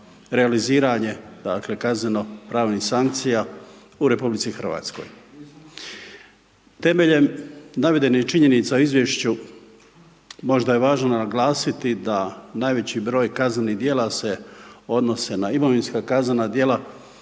realiziranje dakle kazneno-pravnih sankcija u RH. Temeljem navedenih činjenica u izvješću, možda je važno naglasiti da najveći broj kaznenih djela se na imovinska kaznena djela